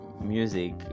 music